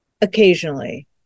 occasionally